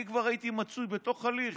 אני כבר הייתי מצוי בתוך הליך,